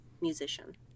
musician